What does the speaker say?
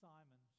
Simon